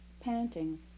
panting